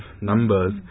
numbers